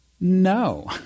no